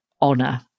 honor